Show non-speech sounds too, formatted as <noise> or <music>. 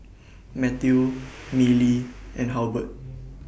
Matteo <noise> Milly and Halbert